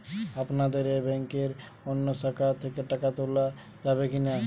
আপনাদের এই ব্যাংকের অন্য শাখা থেকে টাকা তোলা যাবে কি না?